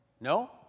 No